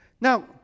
Now